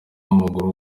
w’amaguru